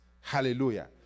Hallelujah